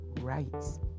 rights